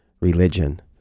religion